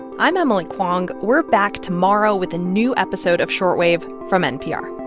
i'm emily kwong. we're back tomorrow with a new episode of short wave from npr